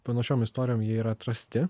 panašiom istorijom jie yra atrasti